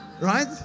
right